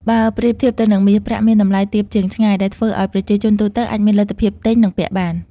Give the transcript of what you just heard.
បើប្រៀបធៀបទៅនឹងមាស ប្រាក់មានតម្លៃទាបជាងឆ្ងាយ ដែលធ្វើឲ្យប្រជាជនទូទៅអាចមានលទ្ធភាពទិញ និងពាក់បាន។